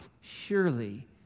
surely